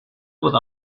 with